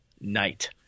night